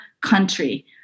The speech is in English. country